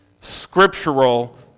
scriptural